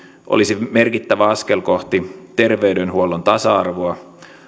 olisi merkittävä askel kohti terveydenhuollon tasa arvoa